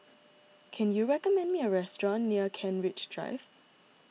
can you recommend me a restaurant near Kent Ridge Drive